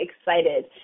excited